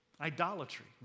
Idolatry